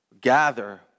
Gather